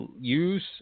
use